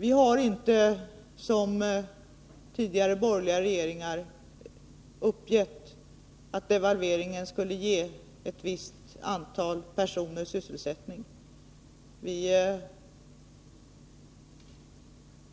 Vi har inte, som tidigare borgerliga regeringar, uppgett att devalveringen skulle ge ett visst antal personer sysselsättning. Vi